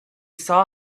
saw